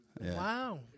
Wow